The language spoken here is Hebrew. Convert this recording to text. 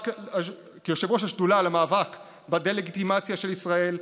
כיושב-ראש השדולה למאבק בדה-לגיטימציה של ישראל,